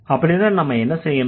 அப்படின்னா நாம் என்ன செய்யணும்